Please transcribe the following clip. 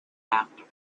after